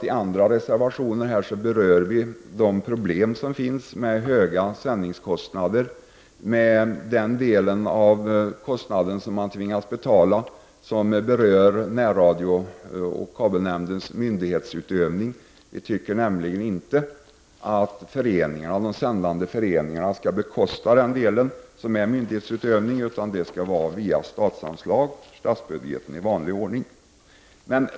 I andra reser vationer berör vi de problem som finns med höga sändningskostnader och den kostnad man har som berör närradions och kabelnämndens myndighetsutövning. Vi tycker inte att de sändande föreningarna skall bekosta den del som är myndighetsutövning, utan det skall bekostas via statsbudgeten i vanlig ordning.